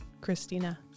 Christina